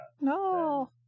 No